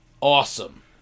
awesome